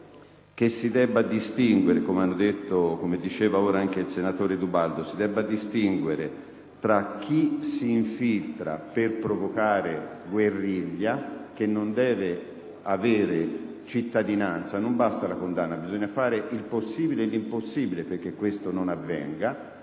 che si debba distinguere, come affermato anche dal senatore D'Ubaldo, tra chi si infiltra per provocare guerriglia, e che non deve avere cittadinanza (non basta la condanna: bisogna fare il possibile e l'impossibile perché questo non avvenga)